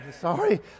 Sorry